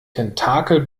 tentakel